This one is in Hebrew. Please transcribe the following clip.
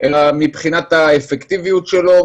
אלא מבחינת האפקטיביות שלו,